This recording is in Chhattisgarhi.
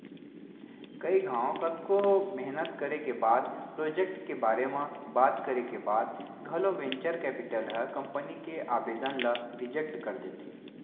कई घांव कतको मेहनत करे के बाद प्रोजेक्ट के बारे म बात करे के बाद घलो वेंचर कैपिटल ह कंपनी के आबेदन ल रिजेक्ट कर देथे